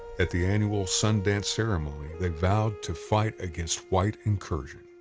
at the annual sun dance ceremony, they vowed to fight against white incursion.